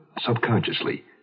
subconsciously